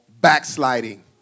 backsliding